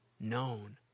known